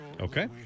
Okay